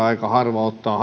aika harva ottaa